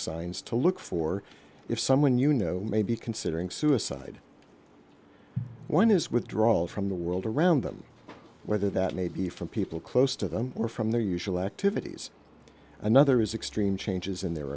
signs to look for if someone you know may be considering suicide one is withdrawal from the world around them whether that may be from people close to them or from their usual activities another is extreme changes in their